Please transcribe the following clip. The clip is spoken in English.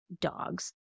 dogs